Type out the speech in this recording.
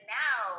now